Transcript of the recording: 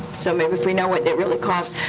so maybe if we know what it really costs.